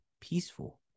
peaceful